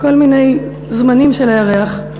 כל מיני זמנים של הירח,